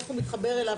איך הוא מתחבר אליו?